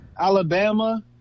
Alabama